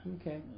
Okay